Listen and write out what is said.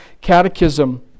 Catechism